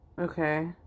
Okay